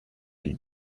del